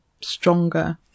stronger